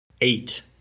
eight